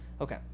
Okay